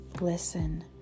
Listen